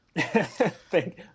Thank